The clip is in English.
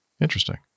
Interesting